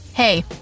Hey